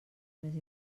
més